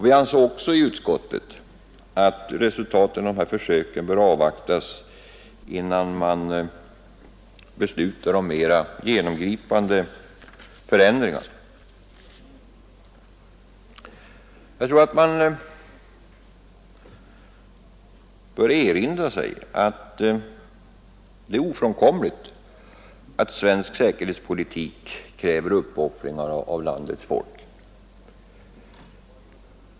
Vi ansåg också i utskottet att resultatet av dessa försök bör avvaktas innan man beslutar om mera genomgripande förändringar. Det är ofrånkomligt att svensk säkerhetspolitik kräver uppoffringar av landets folk.